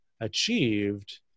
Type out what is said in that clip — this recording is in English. achieved